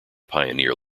pioneer